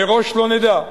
מראש לא נדע.